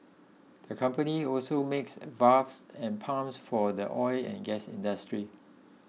the company also makes valves and pumps for the oil and gas industry